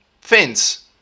fence